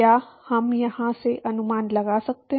क्या हम यहाँ से अनुमान लगा सकते हैं